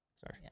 Sorry